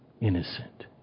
innocent